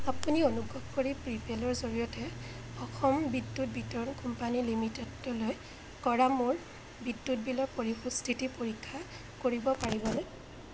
আপুনি অনুগ্ৰহ কৰি প্ৰিপেদৰ জৰিয়তে অসম বিদ্যুৎ বিতৰণ কোম্পানী লিমিটেডলৈ কৰা মোৰ বিদ্যুৎ বিল পৰিশোধৰ স্থিতি পৰীক্ষা কৰিব পাৰিবনে